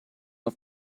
auf